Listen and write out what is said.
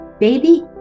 Baby